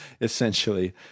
essentially